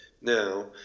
now